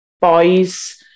boys